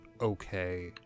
okay